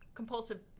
compulsive